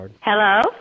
Hello